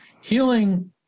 Healing